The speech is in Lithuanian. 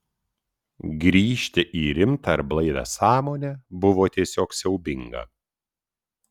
grįžti į rimtą ir blaivią sąmonę buvo tiesiog siaubinga